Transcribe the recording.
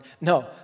no